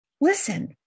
Listen